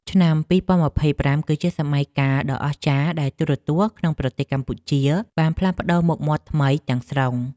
ឆ្នាំ ២០២៥ គឺជាសម័យកាលដ៏អស្ចារ្យដែលទូរទស្សន៍ក្នុងប្រទេសកម្ពុជាបានផ្លាស់ប្តូរមុខមាត់ថ្មីទាំងស្រុង។